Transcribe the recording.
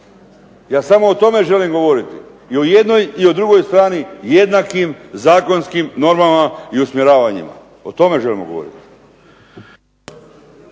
Ja samo o tome želim govoriti. I o jednoj i o drugoj strani jednakim zakonskim normama i usmjeravanjima. O tome želimo govoriti.